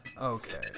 Okay